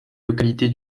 localité